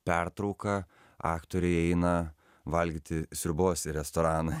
pertrauką aktoriai eina valgyti sriubos į restoraną